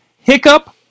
Hiccup